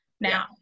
now